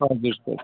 हजुर सर